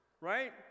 right